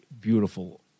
beautiful